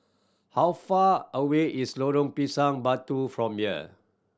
how far away is Lorong Pisang Batu from here